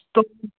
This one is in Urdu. تو